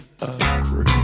agree